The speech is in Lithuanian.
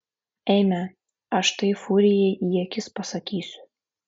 eime aš tai furijai į akis pasakysiu